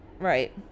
Right